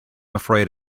afraid